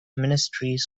ministries